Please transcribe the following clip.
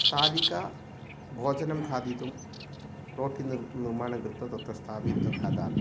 स्थालिका भोजनं खादितुं रोटिकानिर्माणं कृत्वा तत्र स्थापित्वा खादामि